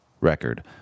record